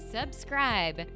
subscribe